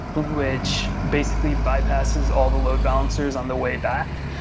which basically bypasses all the load balancers on the way back.